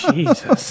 Jesus